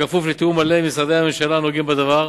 כפוף לתיאום מלא עם משרדי הממשלה הנוגעים בדבר,